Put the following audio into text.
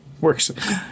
works